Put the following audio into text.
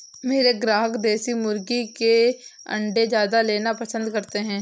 मेरे ग्राहक देसी मुर्गी के अंडे ज्यादा लेना पसंद करते हैं